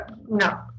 No